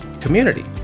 community